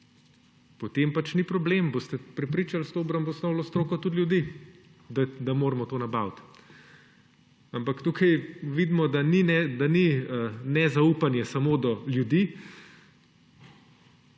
potem pač ni problema, boste prepričali s to obramboslovno stroko tudi ljudi, da moramo to nabaviti. Ampak tukaj vidimo, da ni nezaupanje samo do ljudi,